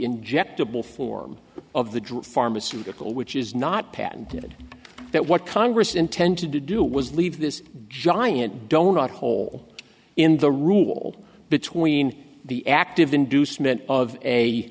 injectable form of the drug pharmaceutical which is not patented that what congress intended to do was leave this giant donut hole in the rule between the active inducement of a